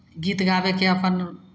गीत गाबयके अपन